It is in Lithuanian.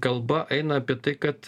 kalba eina apie tai kad